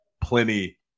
plenty